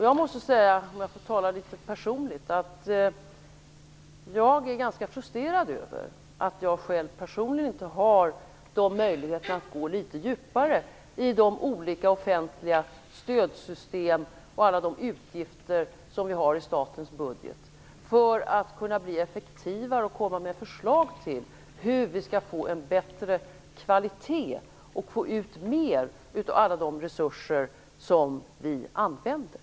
Jag måste säga, om jag får tala litet personligt, att jag är ganska frustrerad över att jag personligen inte själv har möjligheter att gå litet djupare i de olika offentliga stödsystem och alla de utgifter som vi har i statens budget för att kunna bli effektivare och komma med förslag till hur vi skall få en bättre kvalitet och få ut mer av alla de resurser som vi använder.